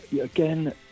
again